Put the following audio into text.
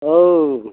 औ